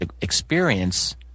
experience